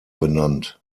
benannt